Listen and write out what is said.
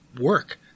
work